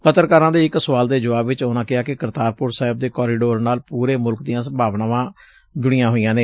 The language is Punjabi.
ਪੱਤਰਕਾਰਾਂ ਦੇ ਇਕ ਸਵਾਲ ਦੇ ਜਵਾਬ ਵਿੱਚ ਉਨ੍ਹਾਂ ਕਿਹਾ ਕਿ ਕਰਤਾਰਪੁਰ ਸਾਹਿਬ ਦੇ ਕੋਰੀਡੋਰ ਨਾਲ ਪੂਰੇ ਮੁਲਕ ਦੀਆਂ ਭਾਵਨਾਵਾਂ ਜੁੜੀਆਂ ਹੋਈਆਂ ਨੇ